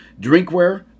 drinkware